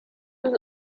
was